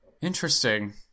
Interesting